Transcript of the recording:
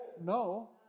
No